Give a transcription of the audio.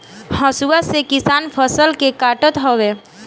हसुआ से किसान फसल के काटत हवे